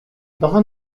daha